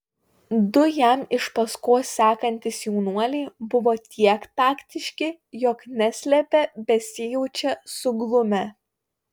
du jam iš paskos sekantys jaunuoliai buvo tiek taktiški jog neslėpė besijaučią suglumę